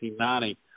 1990